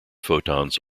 photons